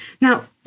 Now